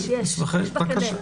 יש בקנה.